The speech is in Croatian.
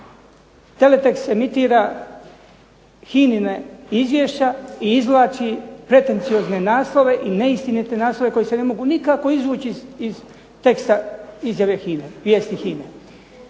Teletekst emitira HINA-na izvješća i izvlači pretenciozne naslove i neistinite naslove koji se ne mogu nikako izvući iz teksta izjave vijesti HINA-e.